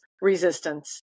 resistance